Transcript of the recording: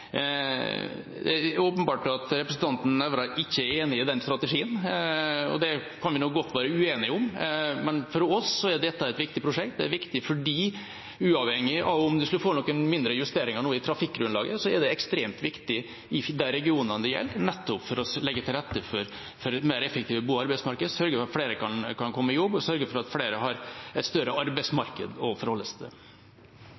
Det er åpenbart at representanten Nævra ikke er enig i den strategien, og vi kan godt være uenige her, men for oss er dette det viktig prosjekt. Det er viktig, for uavhengig av om man skulle få noen mindre justeringer i trafikkgrunnlaget nå, er det ekstremt viktig i de regionene det gjelder, nettopp for å legge til rette for mer effektive bo- og arbeidsmarkeder, sørge for at flere kan komme i jobb og sørge for at flere har et større